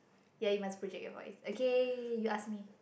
yeah you must project your voice okay you ask me